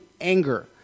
anger